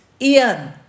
Ian